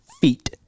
feet